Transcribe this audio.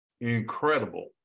incredible